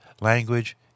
language